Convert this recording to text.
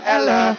Ella